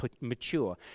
mature